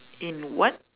in what